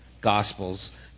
Gospels